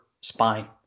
spine